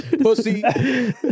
Pussy